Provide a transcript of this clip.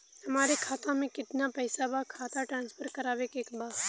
हमारे खाता में कितना पैसा बा खाता ट्रांसफर करावे के बा?